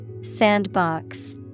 Sandbox